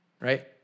Right